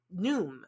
Noom